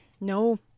no